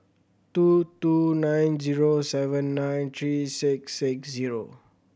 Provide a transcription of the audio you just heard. two two nine zero seven nine three six six zero